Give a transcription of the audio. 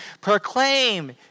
proclaim